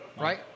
Right